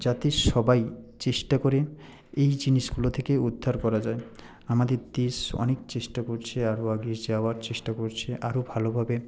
যাতে সবাই চেষ্টা করে এই জিনিসগুলো থেকে উদ্ধার করা যায় আমাদের দেশ অনেক চেষ্টা করছে আরও এগিয়ে যাওয়ার চেষ্টা করছে আরও ভালোভাবে